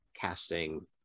casting